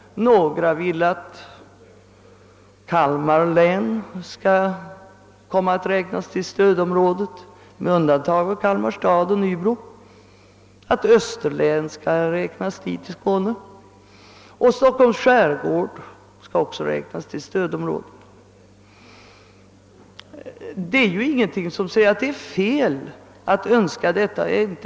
Några vill att Kalmar län med undantag av Kalmar stad och Nybro skall komma att räknas till stödområdet och detsamma föreslås i fråga om Österlen i Skåne och Stockholms skärgård. Det är ju ingenting som säger att det är fel att önska detta.